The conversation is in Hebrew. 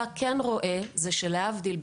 להבדיל,